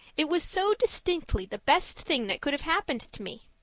it was so distinctly the best thing that could have happened to me.